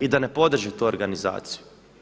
i da ne podrže tu organizaciju.